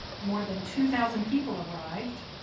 more than two thousand people arrived,